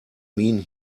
mean